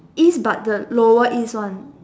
is but the lower is one